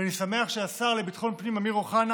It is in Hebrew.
ואני שמח שהשר לביטחון פנים אמיר אוחנה